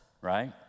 right